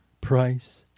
Price